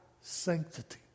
sanctity